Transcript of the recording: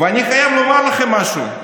אני חייב לומר לכם משהו.